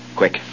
quick